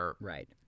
Right